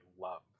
love